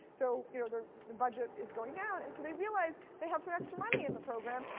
so you know the the budget is going down. and so they realize they have some extra money in the program,